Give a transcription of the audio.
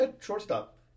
shortstop